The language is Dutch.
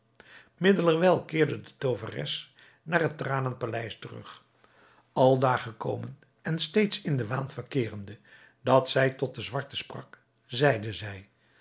middelerwijl keerde de tooveres naar het tranenpaleis terug aldaar gekomen en steeds in den waan verkeerende dat zij tot den zwarte sprak zeide zij